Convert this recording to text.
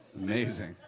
Amazing